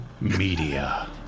Media